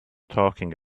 talking